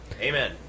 Amen